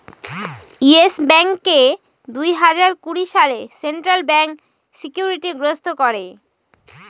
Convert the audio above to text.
yes ব্যাঙ্ককে দুই হাজার কুড়ি সালে সেন্ট্রাল ব্যাঙ্ক সিকিউরিটি গ্রস্ত করে